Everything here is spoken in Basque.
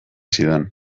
zidan